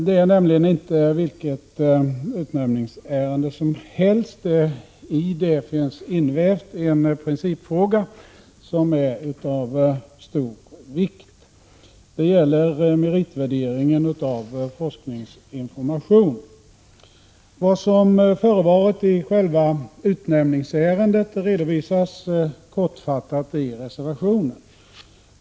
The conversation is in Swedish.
Det är nämligen inte vilket utnämningsärende som helst. I det finns invävd en principfråga, som är av stor vikt. Det gäller meritvärderingen av forskningsinformation. Vad som förevarit i själva utnämningsärendet redovisas kortfattat i reservationen.